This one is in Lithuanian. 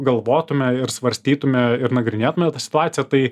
galvotume ir svarstytume ir nagrinėtume situaciją tai